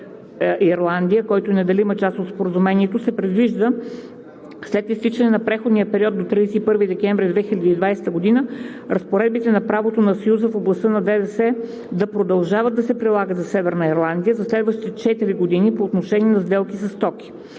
който е неделима част от Споразумението, се предвижда след изтичането на преходния период към 31 декември 2020 г. разпоредбите на правото на Съюза в областта на ДДС да продължат да се прилагат в Северна Ирландия за следващите четири години по отношение на сделки със стоки.